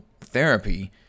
therapy